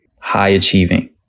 high-achieving